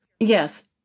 Yes